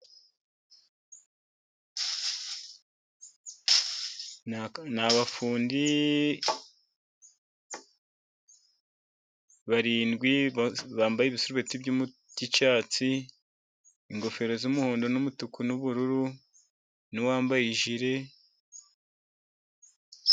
Ni abafundi barindwi bambaye ibisurubeti by'icyatsi n'ingofero z'umuhondo n'umutuku n'ubururu n'uwambaye jire.